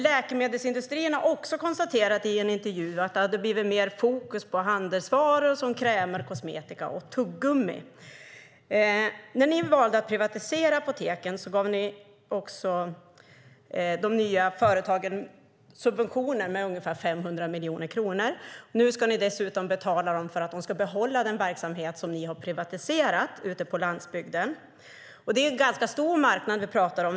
Läkemedelsindustrin har i en intervju konstaterat att det blivit mer fokus på handelsvaror som krämer, kosmetika och tuggummi. När ni valde att privatisera apoteken gav ni de nya företagen subventioner, ungefär 500 miljoner kronor. Nu ska ni dessutom betala dem för att de ska behålla den verksamhet som ni privatiserat ute på landsbygden. Det är en ganska stor marknad vi talar om.